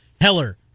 Heller